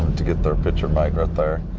to get their picture made right there.